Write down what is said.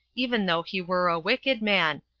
even though he were a wicked man,